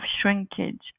shrinkage